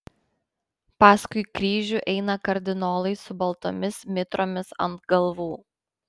paskui kryžių eina kardinolai su baltomis mitromis ant galvų